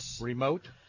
Remote